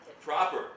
proper